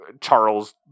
Charles